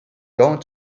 going